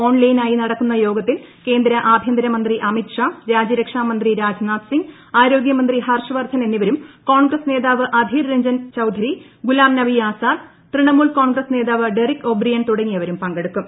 ഓൺലൈനായി നടക്കുന്ന യോഗത്തിൽ കേന്ദ്ര ആഭ്യന്തരമന്ത്രി അമിത് ഷാ രാജ്യരക്ഷാ മന്ത്രി രാജ്നാഥ് സിംഗ് ആരോഗൃമന്ത്രി ഹർഷ് വർദ്ധൻ എന്നിവരും കോൺഗ്രസ് നേതാവ് അധീർ രഞ്ജൻ ചൌധരി ഗുലാം നബി ആസാദ് തൃണമൂൽ കോൺഗ്രസ് നേതാവ് ഡെറിക് ഒബ്രിയൻ തുടങ്ങിയവരും പങ്കെടുക്കും